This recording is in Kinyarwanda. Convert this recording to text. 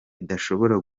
bidashobora